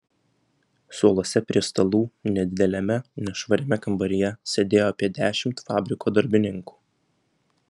suoluose prie stalų nedideliame nešvariame kambaryje sėdėjo apie dešimt fabriko darbininkų